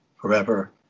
forever